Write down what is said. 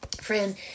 Friend